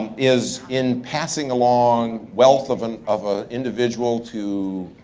and is in passing along wealth of and of ah individual to